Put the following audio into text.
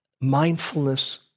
Mindfulness